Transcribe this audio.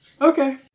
Okay